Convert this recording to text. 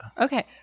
Okay